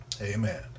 Amen